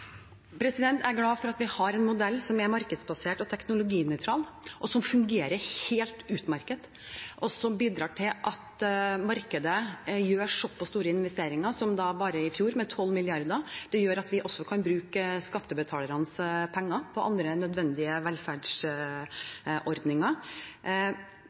Jeg er glad for at vi har en modell som er markedsbasert og teknologinøytral, som fungerer helt utmerket, og som bidrar til at markedet gjør såpass store investeringer som bare i fjor, med 12 mrd. kr. Det gjør at vi også kan bruke skattebetalernes penger på andre nødvendige